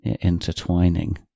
intertwining